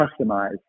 customize